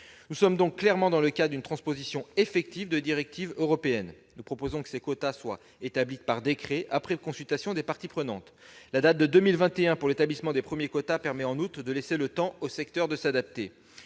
nous inscrivons donc clairement ici dans le cadre d'une transposition effective de la directive européenne. Nous proposons que ces quotas soient établis par décret, après consultation des parties prenantes. Fixer à 2021 l'échéance pour l'établissement des premiers quotas permet, en outre, de laisser le temps au secteur de s'adapter.